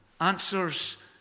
Answers